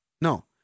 No